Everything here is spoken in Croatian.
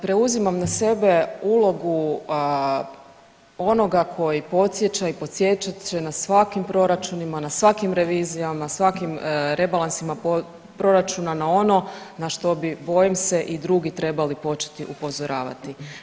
Preuzimam na sebe ulogu onoga koji podsjeća i podsjećat će na svakim proračunima, na svakim revizijama, svakim rebalansima proračuna na ono na što bi, bojim se, i drugi trebali početi upozoravati.